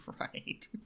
Right